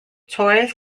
tourists